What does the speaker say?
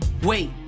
wait